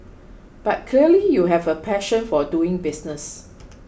but clearly you have a passion for doing business